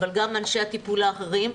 אבל גם אנשי הטיפול האחרים,